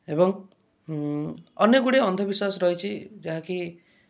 ଏବଂ ଅନେକ ଗୁଡ଼ିଏ ଅନ୍ଧ ବିଶ୍ୱାସ ରହିଛି ଯାହାକି